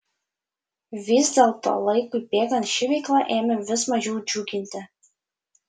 vis dėlto laikui bėgant ši veikla ėmė vis mažiau džiuginti